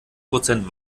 prozent